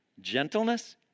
Gentleness